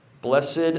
Blessed